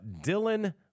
Dylan